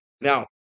Now